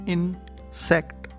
Insect